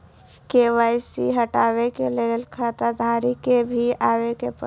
KYC हटाबै के लैल खाता धारी के भी आबे परतै?